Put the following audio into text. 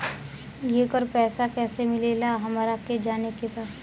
येकर पैसा कैसे मिलेला हमरा के जाने के बा?